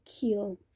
kill